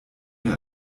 mir